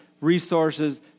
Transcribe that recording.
resources